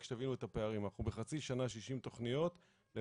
רק שתבינו את הפערים בחצי שנה 60 תכניות אל